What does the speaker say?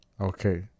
Okay